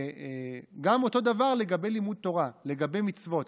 אותו דבר לגבי לימוד תורה, לגבי מצוות.